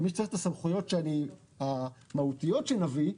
כמי שצריך את הסמכויות המהותיות שנביא.